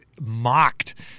mocked